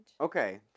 Okay